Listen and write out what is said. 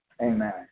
Amen